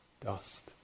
dust